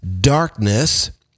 darkness